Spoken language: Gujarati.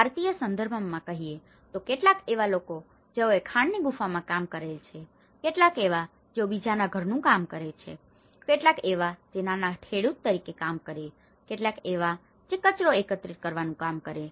ભારતીય સંદર્ભમાં કહીએ તો કેટલાક એવા લોકો કે જેઓ ખાણની ગુફાઓમાં કામ કરે છે કેટલાક એવા લોકો કે જેઓ બીજાના ઘરનું ઘરકામ કરે છે કેટલાક એવા લોકો છે કે જેઓ નાના ખેડુત તરીકે કામ કરે છે કેટલાક એવા લોકો છે જે કચરો એકત્રિત કરવાનું કામ કરે છે